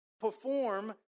perform